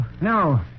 No